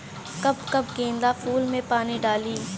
कब कब गेंदा फुल में पानी डाली?